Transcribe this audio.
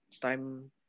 time